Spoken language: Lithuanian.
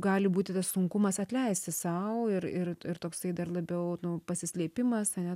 gali būti tas sunkumas atleisti sau ir ir ir toksai dar labiau nu pasislėpimas ane